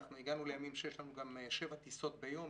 הגענו לימים שיש לנו שבע טיסות ביום,